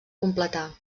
completar